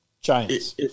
Giants